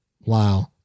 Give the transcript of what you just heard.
Wow